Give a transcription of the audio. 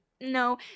no